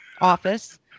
office